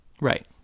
Right